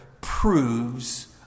proves